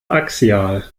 axial